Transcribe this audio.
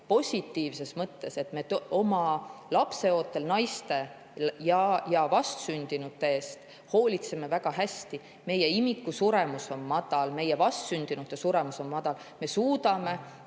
positiivses mõttes, me oma lapseootel naiste ja vastsündinute eest hoolitseme väga hästi. Meie imikute suremus on madal, meie vastsündinute suremus on madal. Me suudame